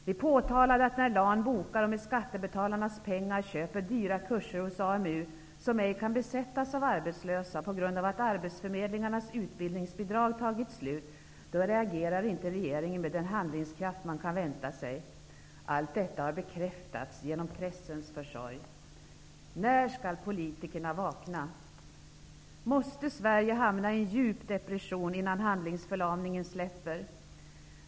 Vi har påtalat att när LAN bokar och med skattebetalarnas pengar köper dyra kurser hos AMU, vilka på grund av att arbetsförmedlingarnas utbildningsbidrag tagit slut ej kan besättas, reagerar inte regeringen med den handlingskraft som man kan vänta sig. Allt detta har bekräftats genom pressens försorg. När skall politikerna vakna? Måste Sverige hamna i en djup depression innan handlingsförlamningen släpper?